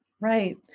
Right